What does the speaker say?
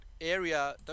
area